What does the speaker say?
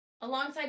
alongside